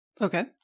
Okay